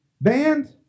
Band